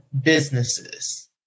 businesses